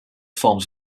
forms